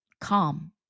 calm